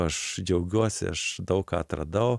aš džiaugiuosi aš daug ką atradau